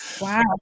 Wow